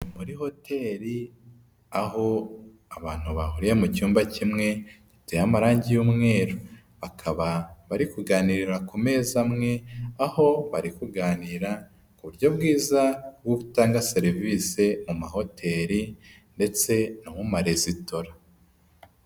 Muri hoteli aho abantu bahuriye mu cyumba kimwe giteye amarangi y'umweru bakaba bari kuganira ku meza amwe aho bari kuganira ku buryo bwiza bwo gutanga serivisi mu mahoteli ndetse no mu maresitora.